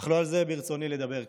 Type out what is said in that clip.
אך לא על זה ברצוני לדבר כעת.